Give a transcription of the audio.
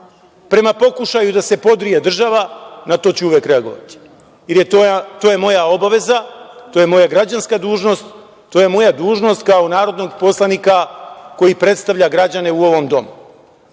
prema pokušaju da se podrije država, na to ću uvek reagovati jer to je moja obaveza, to je moja građanska dužnost, to je moja dužnost kao narodnog poslanika koji predstavlja ove građane u ovom